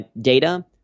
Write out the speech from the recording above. data